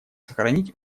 сохранить